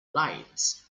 lights